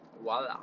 voila